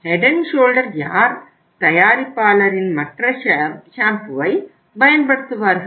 Head and Shoulder யார் தயாரிப்பாளரின் மற்ற ஷாம்பூவைப் பயன்படுத்துவார்கள்